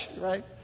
right